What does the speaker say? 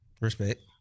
Respect